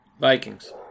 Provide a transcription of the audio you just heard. Vikings